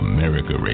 America